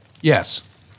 Yes